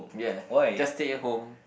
yeah just stay at home